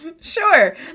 Sure